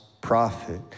prophet